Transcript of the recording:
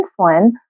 insulin